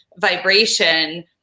vibration